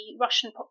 Russian